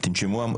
תנשמו עמוק.